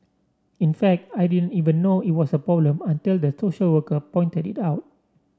in fact I didn't even know it was a problem until the social worker pointed it out